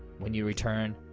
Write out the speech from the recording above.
when you return,